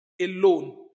alone